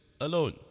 alone